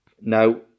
Now